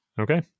Okay